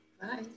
Bye